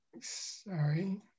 Sorry